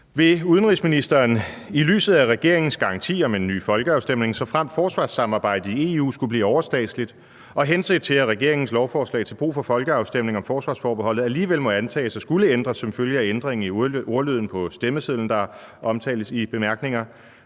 Vil udenrigsministeren – i lyset af regeringens garanti om en ny folkeafstemning, såfremt forsvarssamarbejdet i EU skulle blive overstatsligt, og henset til at regeringens lovforslag til brug for folkeafstemningen om forsvarsforbeholdet alligevel må antages at skulle ændres som følge af ændringen i ordlyden på stemmesedlen, der omtales i bemærkningerne